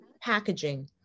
packaging